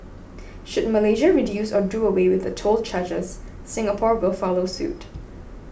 should Malaysia reduce or do away with the toll charges Singapore will follow suit